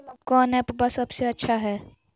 कौन एप्पबा सबसे अच्छा हय?